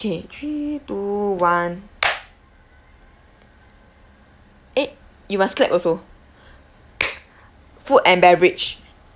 okay three two one eh you must clap also food and beverage